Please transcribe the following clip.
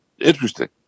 interesting